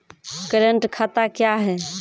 Current खाता क्या हैं?